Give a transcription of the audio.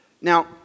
Now